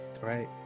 right